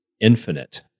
infinite